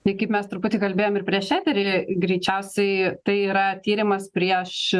tai kaip mes truputį kalbėjome ir prieš eterį greičiausiai tai yra tyrimas prieš